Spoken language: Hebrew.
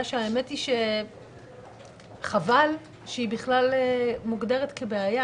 שבאמת חבל שהיא בכלל מוגדרת כבעיה.